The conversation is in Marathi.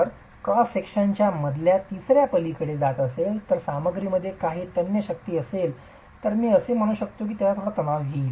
जर क्रॉस विभागा च्या मधल्या तिसर्या पलीकडे जात असेल तर जर सामग्रीमध्ये काही तन्य शक्ती असेल तर मी असे मानू शकतो की त्यास थोडा ताण येईल